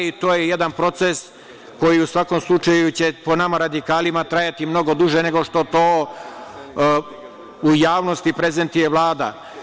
To je jedan proces koji će u svakom slučaju, po nama radikalima, trajati mnogo duže nego što to u javnosti prezentuje Vlada.